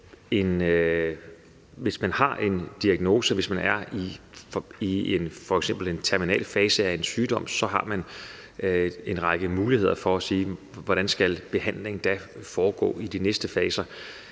Hvis man har en diagnose, og hvis man f.eks. er i en terminal fase af en sygdom, så har man en række muligheder for at sige, hvordan behandlingen da skal foregå i de næste faser.